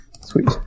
sweet